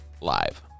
live